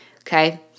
okay